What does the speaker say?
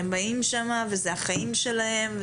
הם באים לשם וזה החיים שלהם,